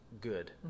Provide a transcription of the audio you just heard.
good